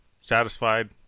Satisfied